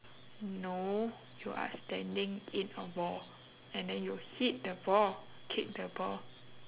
no you are standing in a ball and then you hit the ball kick the ball